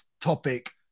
topic